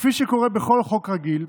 כפי שקורה בכל חוק רגיל,